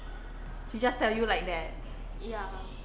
she just tell you like that